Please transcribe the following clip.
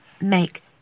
make